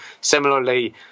similarly